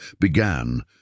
began